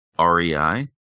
rei